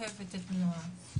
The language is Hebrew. אוהבת את נועה,